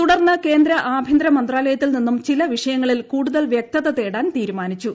തുടർന്ന് കേന്ദ്ര ആഭ്യന്തര മന്ത്രാലയത്തിൽ നിന്നും ചില വിഷയങ്ങളിൽ കൂടുതൽ വ്യക്തത തേടാൻ തീരുമാനിച്ചു